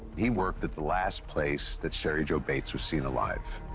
he worked at the last place that cheri jo bates was seen alive,